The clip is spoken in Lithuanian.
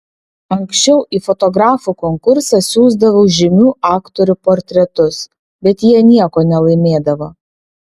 anksčiau į fotografų konkursą siųsdavau žymių aktorių portretus bet jie nieko nelaimėdavo